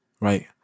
right